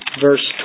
verse